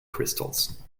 crystals